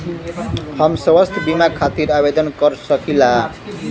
हम स्वास्थ्य बीमा खातिर आवेदन कर सकीला?